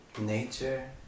nature